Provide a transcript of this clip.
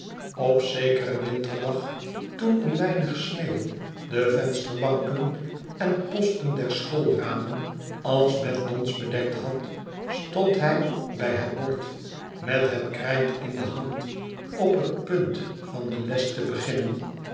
op zekeren winterdag toen een weinig sneeuw de vensterbanken en posten der schoolramen als met dons bedekt had stond hij bij het bord met het krijt in de hand op het punt van de les te beginnen